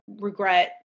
regret